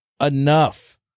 enough